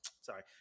sorry